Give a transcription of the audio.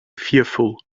fearful